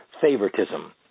favoritism